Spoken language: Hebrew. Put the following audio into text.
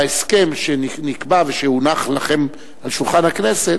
בהסכם שנקבע ושהונח לכם על שולחן הכנסת,